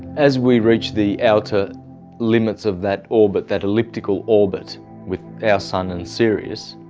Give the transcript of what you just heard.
as we reach the outer limits of that orbit, that elliptical orbit with our sun and sirius,